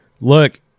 Look